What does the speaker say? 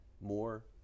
more